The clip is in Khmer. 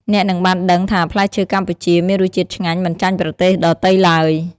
អ្នកនឹងបានដឹងថាផ្លែឈើកម្ពុជាមានរសជាតិឆ្ងាញ់មិនចាញ់ប្រទេសដទៃឡើយ។